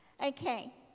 Okay